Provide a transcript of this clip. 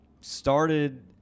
started